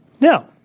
Now